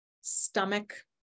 stomach